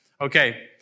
Okay